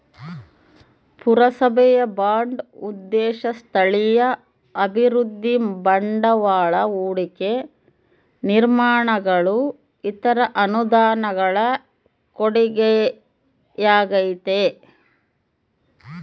ಪುರಸಭೆಯ ಬಾಂಡ್ ಉದ್ದೇಶ ಸ್ಥಳೀಯ ಅಭಿವೃದ್ಧಿ ಬಂಡವಾಳ ಹೂಡಿಕೆ ನಿರ್ಮಾಣಗಳು ಇತರ ಅನುದಾನಗಳ ಕೊಡುಗೆಯಾಗೈತೆ